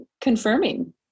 confirming